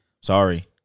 Sorry